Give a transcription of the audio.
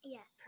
Yes